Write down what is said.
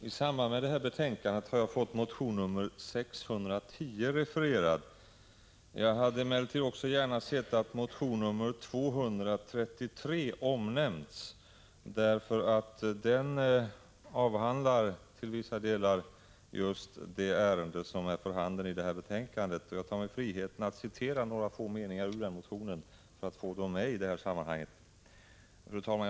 Fru talman! I detta betänkande behandlas bl.a. min motion Jo610. Jag skulle emellertid också ha velat att motionen Jo233 hade omnämnts, eftersom den till vissa delar avhandlar just det ärende som är före i det här betänkandet. Jag vill citera några få meningar ur denna motion.